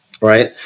Right